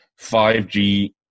5G